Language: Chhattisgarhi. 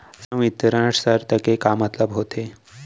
संवितरण शर्त के का मतलब होथे?